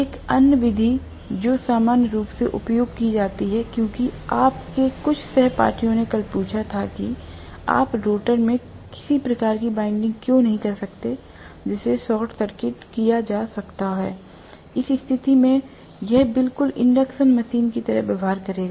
एक अन्य विधि जो सामान्य रूप से उपयोग की जाती है क्योंकि आपके कुछ सहपाठियों ने कल पूछा था कि आप रोटर में किसी प्रकार की वाइंडिंग क्यों नहीं कर सकते हैं जिसे शॉर्ट सर्किट किया जा सकता है इस स्थिति में यह बिल्कुल इंडक्शन मशीन की तरह व्यवहार करेगा